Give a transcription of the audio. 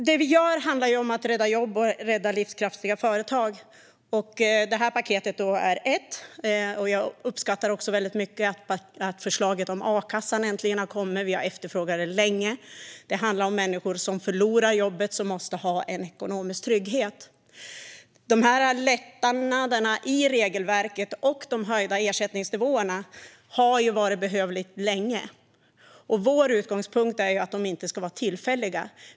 Det vi gör handlar om att rädda jobb och livskraftiga företag. Detta paket är ett sätt. Jag uppskattar också mycket att förslaget om a-kassan äntligen har kommit; vi har efterfrågat det länge. Det handlar om människor som förlorar jobbet och måste ha en ekonomisk trygghet. Lättnaderna i regelverket och de höjda ersättningsnivåerna har varit behövliga länge. Vår utgångspunkt är att de inte ska vara tillfälliga.